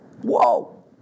Whoa